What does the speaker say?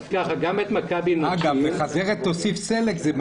גם את מכבי נוטשים אבל נוטשים את מכבי יחסית מעט מאוד